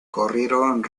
corrieron